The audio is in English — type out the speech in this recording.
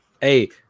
Hey